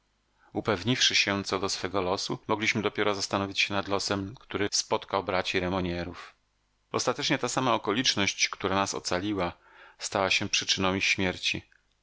upewniwszy się co do swego losu mogliśmy dopiero zastanowić się nad losem który spotkał braci remognerów ostatecznie ta sama okoliczność która nas ocaliła stała się przyczyną ich śmierci